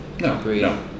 No